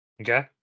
Okay